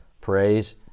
praise